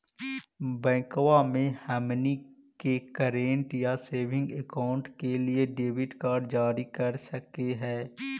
बैंकवा मे हमनी के करेंट या सेविंग अकाउंट के लिए डेबिट कार्ड जारी कर हकै है?